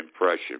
impression